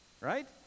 Right